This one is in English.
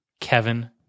Kevin